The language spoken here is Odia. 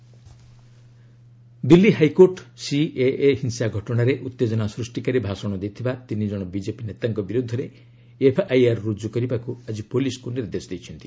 Delhi HC FIR Delhi high court CAA ହିଂସା ଘଟଣାରେ ଉତ୍ତେଜନା ସୃଷ୍ଟିକାରୀ ଭାଷଣ ଦେଇଥିବା ତିନି ଜଣ ବିଜେପି ନେତାଙ୍କ ବିରୁଦ୍ଧରେ ଏଫ୍ଆଇଆର୍ ରୁଜୁ କରିବାକୁ ଆଜି ପୁଲିସ୍କୁ ନିର୍ଦ୍ଦେଶ ଦେଇଛନ୍ତି